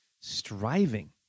striving